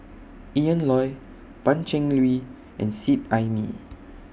Ian Loy Pan Cheng Lui and Seet Ai Mee